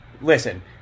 listen